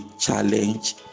challenge